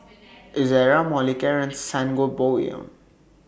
Ezerra Molicare and Sangobion